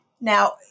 Now